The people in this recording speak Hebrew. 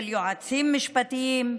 של יועצים משפטיים,